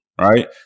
Right